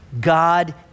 God